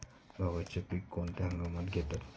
गव्हाचे पीक कोणत्या हंगामात घेतात?